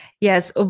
Yes